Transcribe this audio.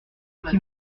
qui